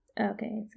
Okay